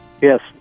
Yes